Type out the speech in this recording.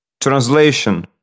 Translation